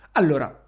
allora